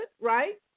right